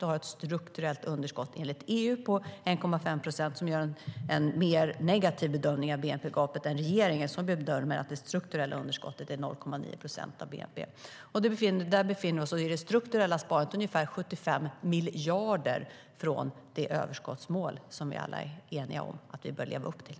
Enligt EU, som gör en mer negativ bedömning av bnp-gapet än regeringen, har vi ett strukturellt underskott på 1,5 procent medan vi bedömer att det strukturella underskottet är 0,9 av bnp. Där befinner vi oss. Det är i det strukturella sparandet ungefär 75 miljarder från det överskottsmål som vi alla är eniga om att vi bör leva upp till.